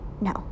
No